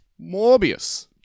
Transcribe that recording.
Morbius